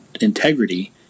integrity